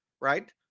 right